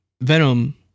Venom